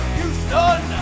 Houston